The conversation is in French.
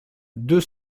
deux